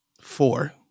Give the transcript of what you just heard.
Four